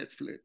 Netflix